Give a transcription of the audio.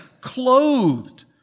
clothed